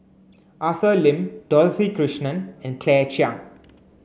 Arthur Lim Dorothy Krishnan and Claire Chiang